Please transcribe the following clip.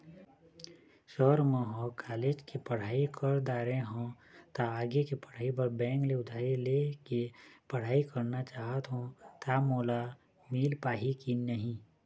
Sir म ह college के पढ़ाई कर दारें हों ता आगे के पढ़ाई बर बैंक ले उधारी ले के पढ़ाई करना चाहत हों ता मोला मील पाही की नहीं?